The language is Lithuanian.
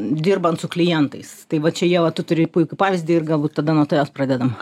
dirbant su klientais tai va čia ieva tu turi puikų pavyzdį ir galbūt tada nuo tavęs pradedam